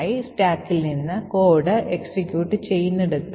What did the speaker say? ഇപ്പോൾ ഫംഗ്ഷന്റെ അവസാനം കംപൈലർ കാനറിയുടെ മൂല്യത്തിൽ ഒരു മാറ്റമുണ്ടെന്ന് കണ്ടെത്തും